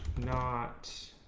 not